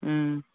ꯎꯝ